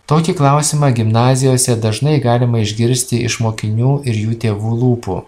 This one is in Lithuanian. tokį klausimą gimnazijose dažnai galima išgirsti iš mokinių ir jų tėvų lūpų